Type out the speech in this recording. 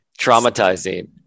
Traumatizing